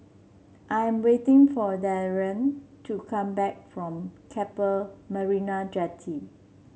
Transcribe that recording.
I'm waiting for Darien to come back from Keppel Marina Jetty